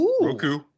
Roku